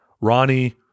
Ronnie